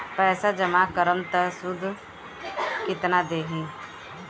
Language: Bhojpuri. पैसा जमा करम त शुध कितना देही?